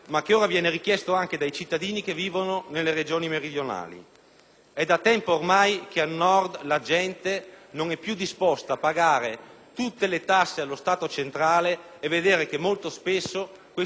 È da tempo ormai che al Nord la gente non è più disposta a pagare tutte le tasse allo Stato centrale e vedere che molto spesso questi soldi vengono spesi male, se non addirittura sprecati.